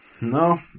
no